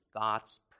God's